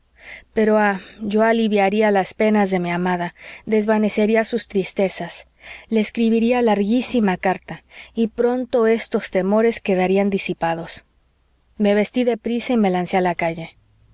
pero ah yo aliviaría las penas de mi amada desvanecería sus tristezas le escribiría larguísima carta y pronto estos temores quedarían disipados me vestí de prisa y me lancé a la calle